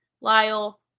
Lyle